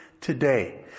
today